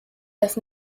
das